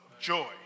joy